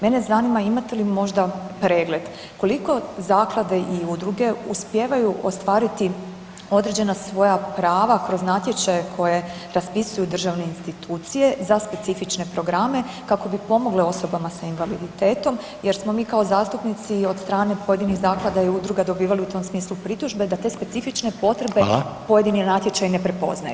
Mene zanima imate li možda pregled koliko zaklade i udruge uspijevaju ostvariti određena svoja prava kroz natječaje koje raspisuju državne institucije za specifične programe kako bi pomogle osobama s invaliditetom jer smo mi kao zastupnici od strane pojedinih zaklada i udruga dobivali u tom smislu pritužbe da te specifične potrebe pojedini natječaju [[Upadica: Hvala.]] ne prepoznaju.